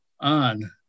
on